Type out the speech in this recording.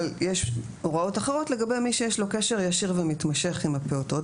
אבל יש הוראות אחרות לגבי מי שיש לו קשר ישיר ומתמשך עם הפעוטות,